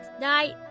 night